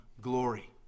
glory